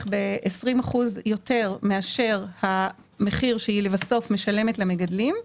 ב-20% יותר מאשר המחיר שהיא משלמת לבסוף למגדלים.